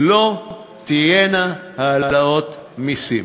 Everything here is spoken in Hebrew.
לא תהיינה העלאות מסים,